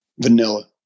Vanilla